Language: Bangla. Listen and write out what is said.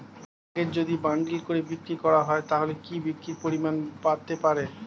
পুঁইশাকের যদি বান্ডিল করে বিক্রি করা হয় তাহলে কি বিক্রির পরিমাণ বাড়তে পারে?